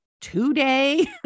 today